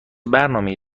برنامهای